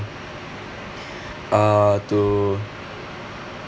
uh to